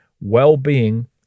well-being